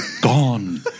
gone